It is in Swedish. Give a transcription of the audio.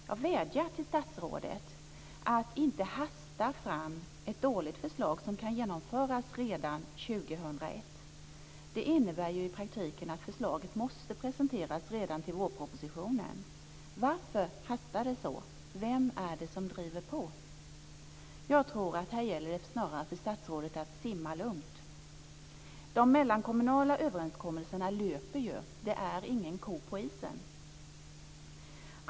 Jag vädjar till statsrådet att inte hasta fram ett dåligt förslag som kan genomföras redan 2001. Det innebär i praktiken att förslaget måste presenteras redan i vårpropositionen. Varför hastar det så? Vem är det som driver på? Jag tror att det här snarare gäller för statsrådet att simma lugnt. De mellankommunala överenskommelserna löper ju. Det är ingen ko på isen.